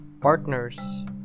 partners